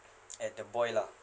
at the boy lah